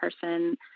person